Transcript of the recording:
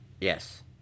yes